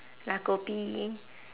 la kopi